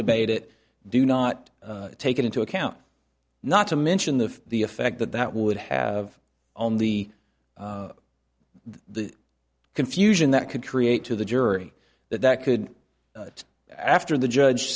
debate it do not take into account not to mention the the effect that that would have on the the confusion that could create to the jury that that could after the judge